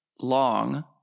long